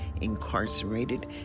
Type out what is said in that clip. incarcerated